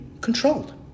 controlled